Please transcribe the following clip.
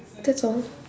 that's all